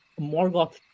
Morgoth